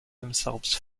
themselves